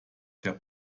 der